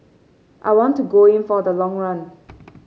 I want to go in for the long run